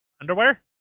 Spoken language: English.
Underwear